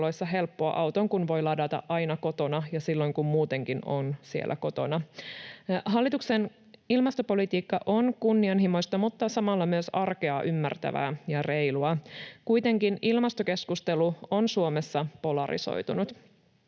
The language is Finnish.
helppoa — auton kun voi ladata aina kotona ja silloin, kun muutenkin on siellä kotona. Hallituksen ilmastopolitiikka on kunnianhimoista mutta samalla myös arkea ymmärtävää ja reilua. Kuitenkin ilmastokeskustelu on Suomessa polarisoitunut.